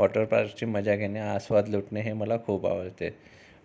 वॉटरपार्कची मजा घेणे आस्वाद लुटणे हे मला खूप आवडते